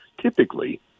typically